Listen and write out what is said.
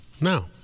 no